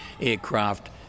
aircraft